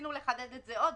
ניסינו לחדד את זה עוד,